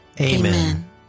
Amen